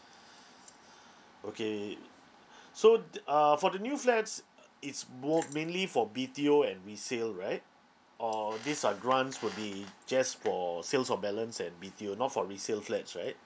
okay so th~ uh for the new flats it's more mainly for B_T_O and resale right or these are grants for the just for sales of balance and retail not for resale flats right